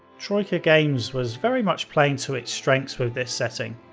troika games was very much playing to its strengths with this setting.